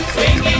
Swing